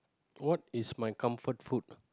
what is my comfort food